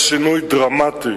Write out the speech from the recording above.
יש שינוי דרמטי